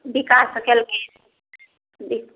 विकास तऽ केलखिन